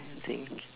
think